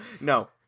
no